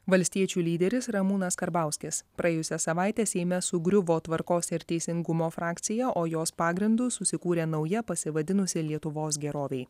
valstiečių lyderis ramūnas karbauskis praėjusią savaitę seime sugriuvo tvarkos ir teisingumo frakcija o jos pagrindu susikūrė nauja pasivadinusi lietuvos gerovei